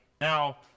Now